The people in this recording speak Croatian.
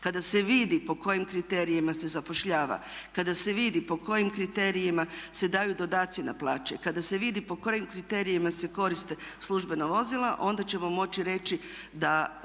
kada se vidi po kojim kriterijima se zapošljavanja, kada se vidi po kojim kriterijima se daju dodaci na plaće, kada se vidi po kojim kriterijima se koriste službena vozila onda ćemo moći reći da